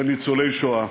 לניצולי השואה.